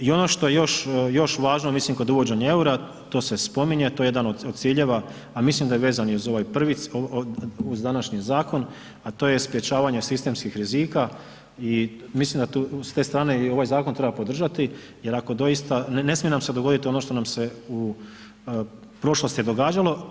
I ono što je još važno mislim kod uvođenja eura to se spominje, to je jedan od ciljeva a mislim da je vezan i uz ovaj prvi cilj, uz današnji zakon a to je sprječavanje sistemskih rizika i mislim da s te strane i ovaj zakon treba podržati jer ako doista, ne smije nam se dogoditi ono što nam se u prošlosti događalo.